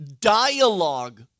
dialogue